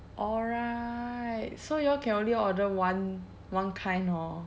orh right so you all can only one one kind hor